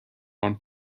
one